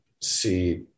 see